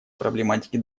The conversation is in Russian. проблематике